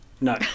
No